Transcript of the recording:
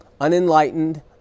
unenlightened